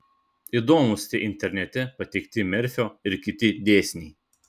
įdomūs tie internete pateikti merfio ir kiti dėsniai